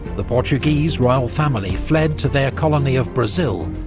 the portuguese royal family fled to their colony of brazil,